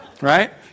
right